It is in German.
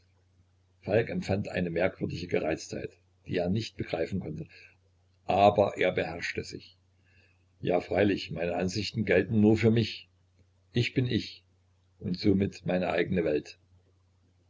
falk empfand eine merkwürdige gereiztheit die er nicht begreifen konnte aber er beherrschte sich ja freilich meine ansichten gelten nur für mich ich bin ich und somit meine eigne welt